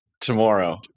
tomorrow